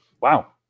wow